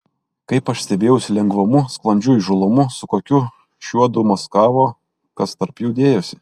kaip aš stebėjausi lengvumu sklandžiu įžūlumu su kokiu šiuodu maskavo kas tarp jų dėjosi